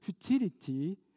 futility